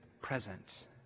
present